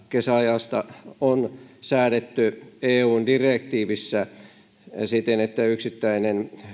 kesäajasta on säädetty eun direktiivissä siten että yksittäinen